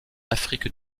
afrique